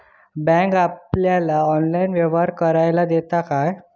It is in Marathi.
बँक आपल्याला ऑनलाइन व्यवहार करायला देता काय?